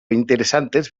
interesantes